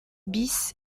bis